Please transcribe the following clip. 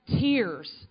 tears